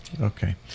Okay